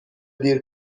دیر